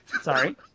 Sorry